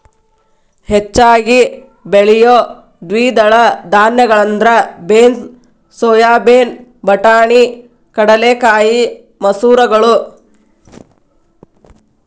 ಹೆಚ್ಚಾಗಿ ಬೆಳಿಯೋ ದ್ವಿದಳ ಧಾನ್ಯಗಳಂದ್ರ ಬೇನ್ಸ್, ಸೋಯಾಬೇನ್, ಬಟಾಣಿ, ಕಡಲೆಕಾಯಿ, ಮಸೂರಗಳು